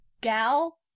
Gal